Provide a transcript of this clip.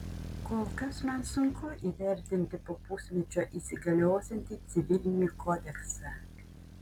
kol kas man sunku įvertinti po pusmečio įsigaliosiantį civilinį kodeksą